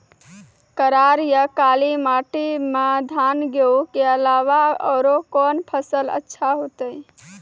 करार या काली माटी म धान, गेहूँ के अलावा औरो कोन फसल अचछा होतै?